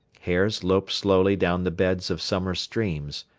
hares loped slowly down the beds of summer streams.